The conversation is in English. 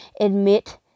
Admit